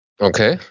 okay